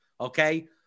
Okay